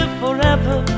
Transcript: forever